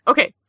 Okay